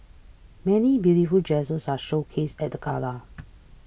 many beautiful dresses are showcased at the gala